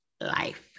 life